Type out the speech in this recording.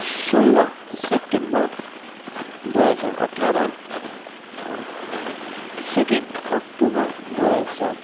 सोह्र सेप्टेम्बर दुई हजार अठार सेकेन्ड अक्टोबर दुई हजार